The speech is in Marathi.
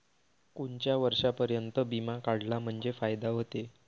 कोनच्या वर्षापर्यंत बिमा काढला म्हंजे फायदा व्हते?